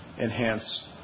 enhance